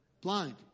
blind